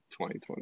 2020